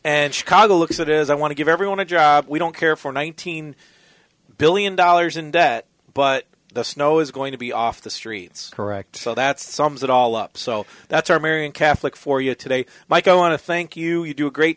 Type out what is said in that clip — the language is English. and chicago look at that is i want to give everyone a job we don't care for nineteen billion dollars in debt but the snow is going to be off the streets correct so that sums it all up so that's our marian catholic for you today mike i want to thank you you do a great